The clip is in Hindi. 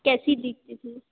कैसी दिखती थी